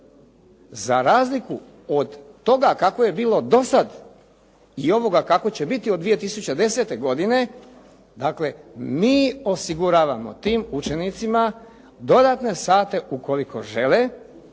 Za razliku od toga kako je bilo dosad i ovoga kako će biti od 2010. godine, dakle mi osiguravamo tim učenicima dodatne sate ukoliko žele